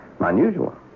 Unusual